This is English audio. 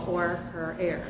for her heir